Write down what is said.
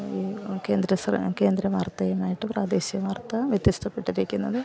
കേന്ദ്ര കേന്ദ്ര വർത്തയുമായിട്ട് പ്രാദേശിക വാർത്ത വ്യത്യസ്തപ്പെട്ടിരിക്കുന്നത്